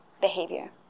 behavior